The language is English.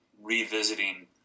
revisiting